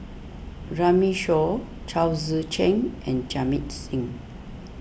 Runme Shaw Chao Tzee Cheng and Jamit Singh